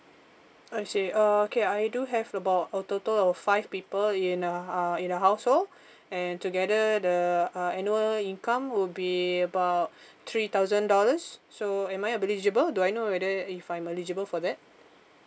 I see uh okay I do have about a total of five people in the in our household and together the uh annual income would be about three thousand dollars so am I eligible do I know whether if I'm eligible for that